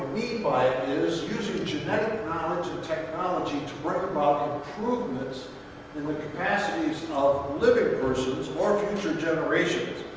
mean by it is using genetic knowledge and technology to bring about um improvements in the capacities of living persons or future generations.